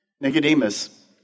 Nicodemus